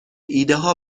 ایدهها